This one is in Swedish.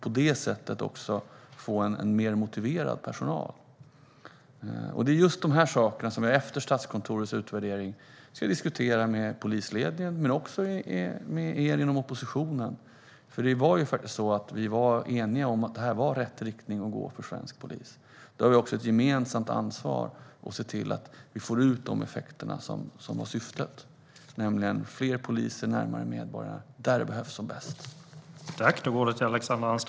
På det sättet får man också en mer motiverad personal. Det är just detta som vi efter Statskontorets utvärdering ska diskutera med polisledningen och också med er inom oppositionen. Vi var ju faktiskt eniga om att det här var rätt väg att gå för svensk polis. Nu har vi också ett gemensamt ansvar för att se till att man får ut de effekter som var syftet, nämligen fler poliser närmare medborgarna där de behövs som mest.